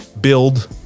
build